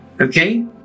Okay